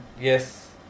Yes